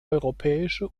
europäische